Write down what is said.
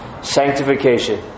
Sanctification